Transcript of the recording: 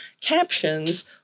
captions